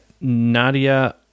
Nadia